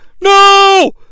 No